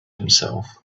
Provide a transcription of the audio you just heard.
himself